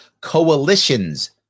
coalitions